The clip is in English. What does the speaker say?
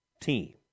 team